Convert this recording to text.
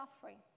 suffering